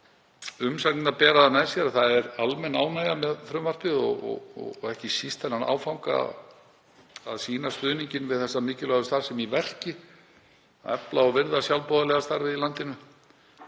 Umsagnirnar bera það með sér að það er almenn ánægja með frumvarpið og ekki síst þann áfanga að sýna stuðning við þessa mikilvægu starfsemi í verki, efla og virða sjálfboðaliðastarfið í landinu.